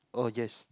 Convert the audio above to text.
oh yes